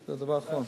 זה הדבר האחרון.